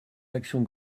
actions